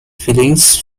feelings